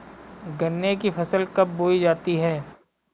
गन्ने की फसल कब बोई जाती है?